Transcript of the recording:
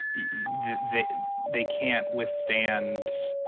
yeah they they can't withstand,